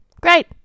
Great